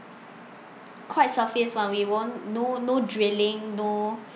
quite surface [one] we won't no no drilling no